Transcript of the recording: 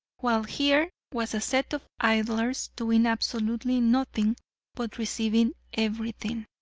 while here was a set of idlers doing absolutely nothing but receiving everything.